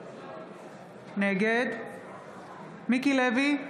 נגד מיקי לוי,